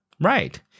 Right